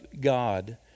God